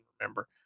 remember